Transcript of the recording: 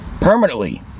permanently